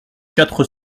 quatre